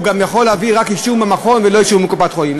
הוא גם יכול להביא רק אישור מהמכון ולא אישור מקופת-חולים.